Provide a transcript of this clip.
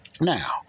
Now